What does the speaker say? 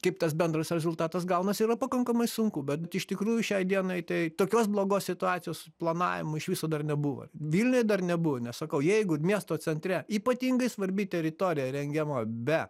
kaip tas bendras rezultatas gaunas yra pakankamai sunku bet iš tikrųjų šiai dienai tai tokios blogos situacijos su planavimu iš viso dar nebuvo vilniuje dar nebuvo nes sakau jeigu miesto centre ypatingai svarbi teritorija rengiama be